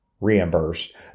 reimbursed